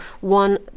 one